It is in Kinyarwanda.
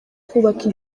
kubaka